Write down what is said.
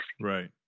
right